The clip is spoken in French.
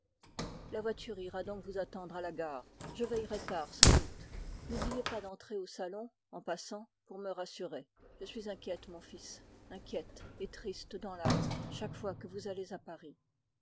la voiture ira donc vous attendre à la gare je veillerai tard sans doute n'oubliez pas d'entrer au salon en passant pour me rassurer je suis inquiète mon fils et triste dans l'âme chaque fois que vous allez à paris